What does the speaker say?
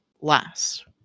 last